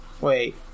Wait